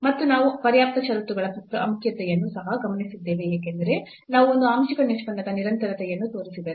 ಮತ್ತು ನಾವು ಪರ್ಯಾಪ್ತ ಷರತ್ತುಗಳ ಪ್ರಾಮುಖ್ಯತೆಯನ್ನು ಸಹ ಗಮನಿಸಿದ್ದೇವೆ ಏಕೆಂದರೆ ನಾವು ಒಂದು ಆಂಶಿಕ ನಿಷ್ಪನ್ನದ ನಿರಂತರತೆಯನ್ನು ತೋರಿಸಿದರೆ